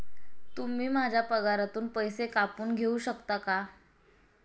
तुम्ही माझ्या पगारातून पैसे कापून घेऊ शकता का?